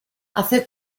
hace